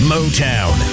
Motown